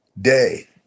day